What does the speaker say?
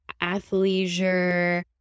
athleisure